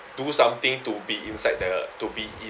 do something to be inside the to be in